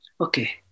okay